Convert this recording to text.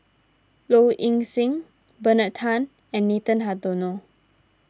Low Ing Sing Bernard Tan and Nathan Hartono